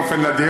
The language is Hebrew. באופן נדיר,